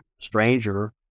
stranger